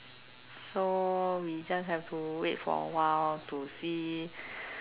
so we just have to wait for a while to see